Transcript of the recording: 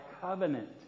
covenant